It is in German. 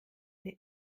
der